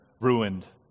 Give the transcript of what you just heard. ruined